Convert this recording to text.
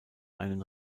einen